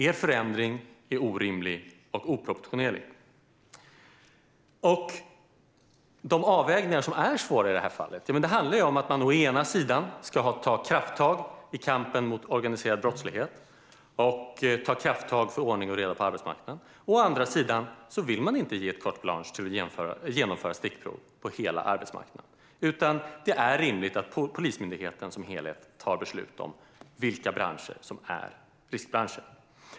Er förändring är orimlig och oproportionerlig. De avvägningar som är svåra i det här fallet handlar om detta: Å ena sidan ska man ta krafttag i kampen mot organiserad brottslighet och för ordning och reda på arbetsmarknaden. Å andra sidan vill man inte ge carte blanche för att genomföra stickprov på hela arbetsmarknaden. Det är rimligt att Polismyndigheten som helhet tar beslut om vilka branscher som är riskbranscher.